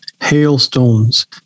hailstones